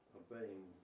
obeying